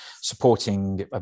supporting